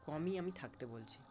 কমই আমি থাকতে বলছি